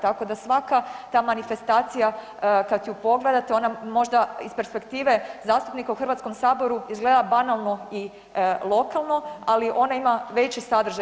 Tako da svaka ta manifestacija kad ju pogledate ona možda iz perspektive zastupnika u HS izgleda banalno i lokalno, ali ona ima veći sadržaj.